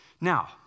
Now